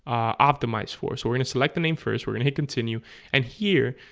optimize for so we're gonna select the name first we're gonna hit continue and here